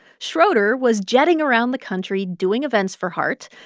schroeder was jetting around the country doing events for hart,